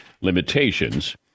Limitations